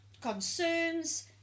concerns